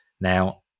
Now